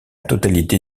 totalité